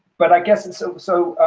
but i guess and so. so,